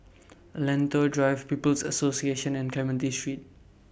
Lentor Drive People's Association and Clementi Street